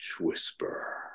whisper